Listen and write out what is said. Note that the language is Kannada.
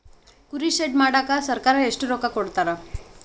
ಕುರಿ ಶೆಡ್ ಮಾಡಕ ಸರ್ಕಾರ ಎಷ್ಟು ರೊಕ್ಕ ಕೊಡ್ತಾರ?